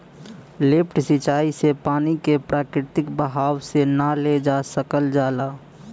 lift सिंचाई से पानी के प्राकृतिक बहाव से ना ले जा सकल जाला